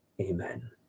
Amen